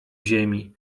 ziemi